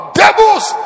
devils